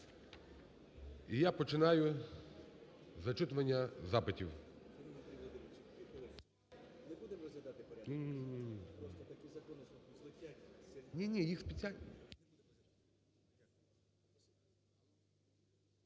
І я починаю зачитування запитів.